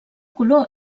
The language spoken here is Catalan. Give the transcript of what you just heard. color